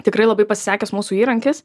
tikrai labai pasisekęs mūsų įrankis